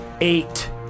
eight